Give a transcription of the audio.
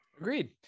agreed